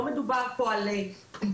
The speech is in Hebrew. לא מדובר פה על פיצול.